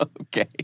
Okay